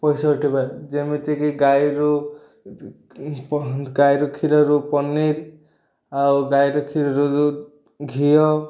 ପଇସା ଉଠେଇବା ଯେମିତିକି ଗାଈରୁ ଗାଈର କ୍ଷୀରରୁ ପନିର୍ ଆଉ ଗାଈର କ୍ଷୀରରୁ ଘିଅ